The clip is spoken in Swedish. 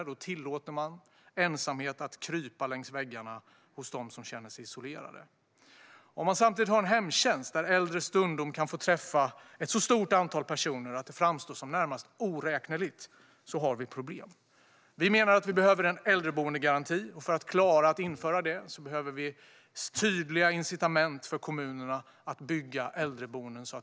Man tillåter ensamhet att krypa längs väggarna hos dem som känner sig isolerade. Om vi samtidigt har en hemtjänst där äldre understundom kan få träffa ett närmast oräkneligt antal personer har vi ett problem. Kristdemokraterna menar att det behövs en äldreboendegaranti. För att klara av att införa det och möta det behovet behövs det tydliga incitament för kommunerna att bygga äldreboenden.